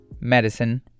Medicine